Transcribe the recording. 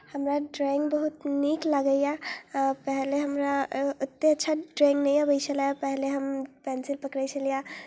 हमरा ड्रॉइंग बहुत नीक लागैए आओर पहिले हमरा ओतेक अच्छा ड्रॉइंग नहि अबै छलै पहिले हम पेंसिल पकड़ै छलियैए